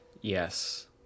Yes